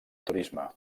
turisme